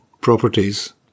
properties